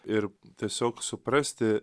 ir tiesiog suprasti